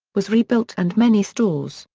was rebuilt and many stores,